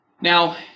Now